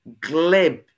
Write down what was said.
glib